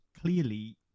clearly